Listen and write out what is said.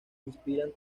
inspiran